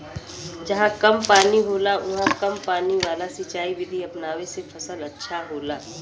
जहां कम पानी होला उहाँ कम पानी वाला सिंचाई विधि अपनावे से फसल अच्छा होला